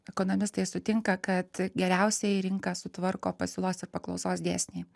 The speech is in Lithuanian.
ekonomistai sutinka kad geriausiai rinką sutvarko pasiūlos ir paklausos dėsniai